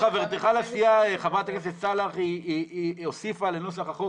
חברת הכנסת סאלח הוסיפה לנוסח החוק